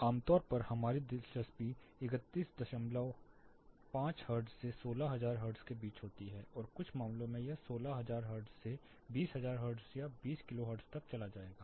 आमतौर पर हमारी दिलचस्पी 315 हर्ट्ज से 16000 हर्ट्ज के बीच होती है और कुछ मामलों में यह 16 हर्ट्ज से 20000 हर्ट्ज या 20 किलो हर्ट्ज तक चला जाएगा